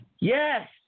Yes